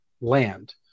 land